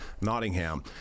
Nottingham